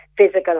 physical